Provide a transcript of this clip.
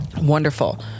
wonderful